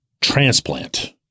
transplant